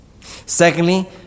Secondly